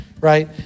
Right